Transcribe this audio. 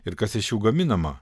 ir kas iš jų gaminama